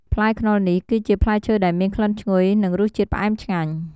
ផ្លែខ្នុរនេះ គឺជាផ្លែឈើដែលមានក្លិនឈ្ងុយ និងរសជាតិផ្អែមឆ្ងាញ់។